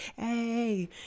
Hey